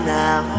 now